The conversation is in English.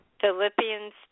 Philippians